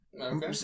Okay